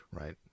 right